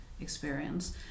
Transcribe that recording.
experience